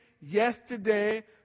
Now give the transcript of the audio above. yesterday